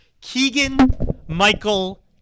Keegan-Michael